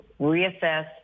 reassess